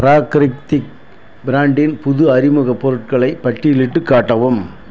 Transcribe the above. பிராக்ரிக்திக் பிராண்டின் புது அறிமுக பொருட்களை பட்டியலிட்டு காட்டவும்